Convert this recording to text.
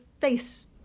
face